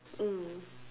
mm